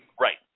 Right